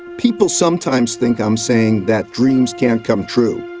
people sometimes think i'm saying that dreams can't come true.